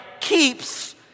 keeps